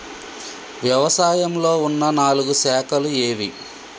వ్యవసాయంలో ఉన్న నాలుగు శాఖలు ఏవి?